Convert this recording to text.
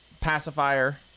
pacifier